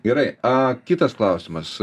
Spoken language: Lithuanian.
gerai a kitas klausimas